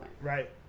Right